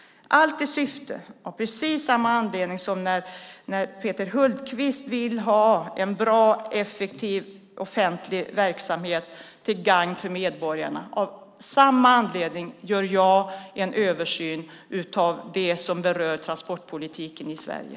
Allt detta har precis samma syfte som när Peter Hultqvist vill ha en bra, effektiv offentlig verksamhet till gagn för medborgarna. Av samma anledning gör jag en översyn av det som berör transportpolitiken i Sverige.